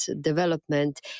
development